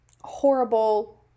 horrible